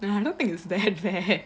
I don't think is that bad